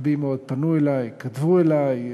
רבים מהם פנו אלי, כתבו אלי,